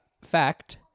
Fact